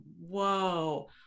whoa